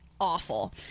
awful